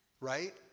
Right